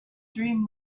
dream